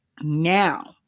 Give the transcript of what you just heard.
Now